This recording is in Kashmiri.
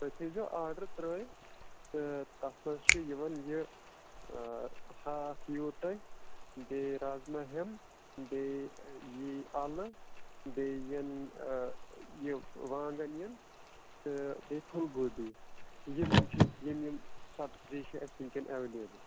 تُہۍ تھٲیزیو آرڈَر ترٛٲیِتھ تہٕ تَتھ منٛز چھِ یِوان یہِ ہاکھ یِیِو تۄہہِ بیٚیہِ رازما ہٮ۪مب بیٚیہِ یی اَلہٕ بیٚیہِ یِن یہِ وانٛگَن یِن تہٕ بیٚیہِ پھُلگوٗبی یِم یِم چھِ یِم یِم سبزی چھِ اَسہِ وٕنۍکٮ۪ن اٮ۪وٮ۪لیبٕل